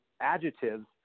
adjectives